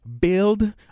build